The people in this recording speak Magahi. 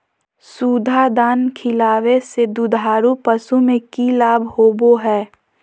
सुधा दाना खिलावे से दुधारू पशु में कि लाभ होबो हय?